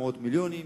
מאות-מיליונים.